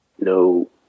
no